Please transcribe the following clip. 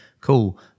Cool